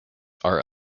are